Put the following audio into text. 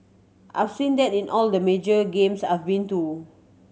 I've seen that in all the major games I've been too